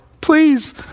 Please